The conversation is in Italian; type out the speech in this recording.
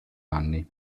anni